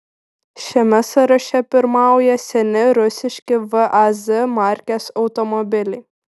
šiame sąraše pirmauja seni rusiški vaz markės automobiliai